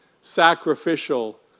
sacrificial